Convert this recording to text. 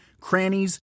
crannies